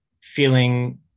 feeling